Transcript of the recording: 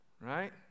Right